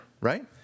right